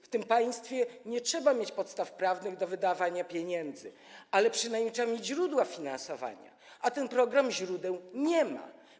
W tym państwie nie trzeba mieć podstaw prawnych do wydawania pieniędzy, ale przynajmniej trzeba mieć źródła finansowania, a ten program źródeł nie ma.